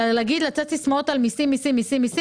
להפריח סיסמאות על מסים, מסים, מסים?